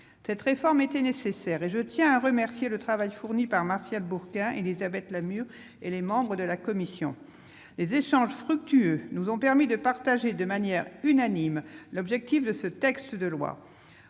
Cette réforme était nécessaire. Je tiens à remercier le travail fourni par Martial Bourquin, Élisabeth Lamure et les membres de la commission. Les échanges fructueux nous ont permis de partager de manière unanime l'objectif de ce texte.